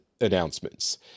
announcements